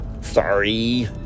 Sorry